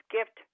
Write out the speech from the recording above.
Gift